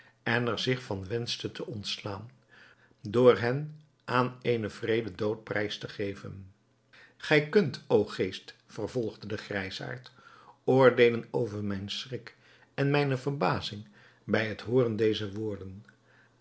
en er zich van wenschte te ontslaan door hen aan eenen wreeden dood prijs te geven gij kunt o geest vervolgde de grijsaard oordeelen over mijn schrik en mijne verbazing bij het hooren dezer woorden